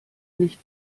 nicht